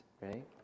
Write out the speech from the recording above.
right